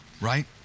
right